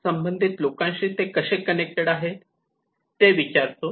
संबंधित लोकांशी ते कसे कनेक्टेड आहेत ते विचारतो